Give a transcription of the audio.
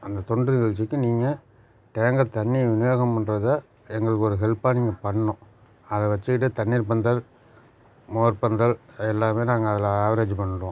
அந்த தொண்டு நிகழ்ச்சிக்கு நீங்கள் டேங்கர் தண்ணி விநியோகம் பண்றதை எங்களுக்கு ஒரு ஹெல்ப்பாக நீங்கள் பண்ணும் அதை வச்சிக்கிட்டு தண்ணீர் பந்தல் மோர் பந்தல் எல்லாமே நாங்கள் அதில் ஆவரேஜு பண்ணுறோம்